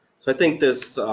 so i think this,